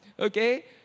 Okay